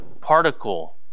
particle